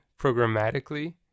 programmatically